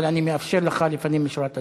אבל אני מאפשר לך לפנים משורת הדין.